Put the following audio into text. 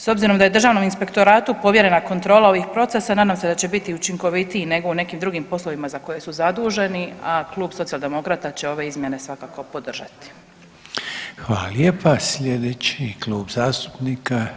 S obzirom da je Državnom inspektoratu povjerena kontrola ovih procesa nadam se da će biti učinkovitiji nego u nekim drugim poslovima za koje su zaduženi, a Klub Socijaldemokrata će ove izmjene svakako podržati.